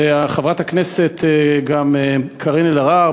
וגם חברת הכנסת קארין אלהרר,